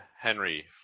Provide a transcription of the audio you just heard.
Henry